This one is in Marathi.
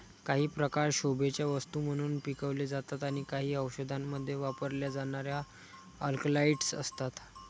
काही प्रकार शोभेच्या वस्तू म्हणून पिकवले जातात आणि काही औषधांमध्ये वापरल्या जाणाऱ्या अल्कलॉइड्स असतात